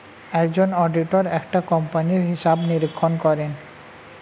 একজন অডিটর একটা কোম্পানির হিসাব নিরীক্ষণ করেন